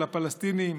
על הפלסטינים,